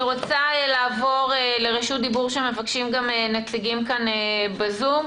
אני רוצה לעבור לרשות דיבור שמבקשים גם נציגים בזום.